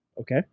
Okay